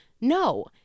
no